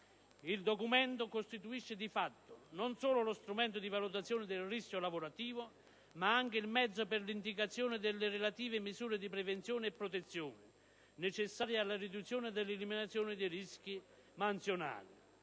Il Documento costituisce, di fatto, non solo lo strumento di valutazione dei rischio lavorativo, ma anche il mezzo per l'indicazione delle relative misure di prevenzione e protezione necessarie alla riduzione ed all'eliminazione dei rischi mansionali.